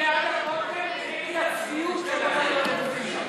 ההצעה להעביר לוועדה את הצעת חוק הכותל המערבי (רחבת התפילה הדרומית),